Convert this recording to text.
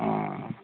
ᱚ